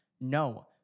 No